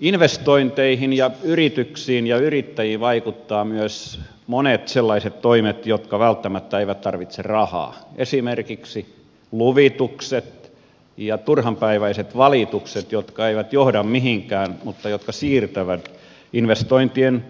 investointeihin ja yrityksiin ja yrittäjiin vaikuttavat myös monet sellaiset toimet jotka välttämättä eivät tarvitse rahaa esimerkiksi luvitukset ja turhanpäiväiset valitukset jotka eivät johda mihinkään mutta jotka siirtävät investointien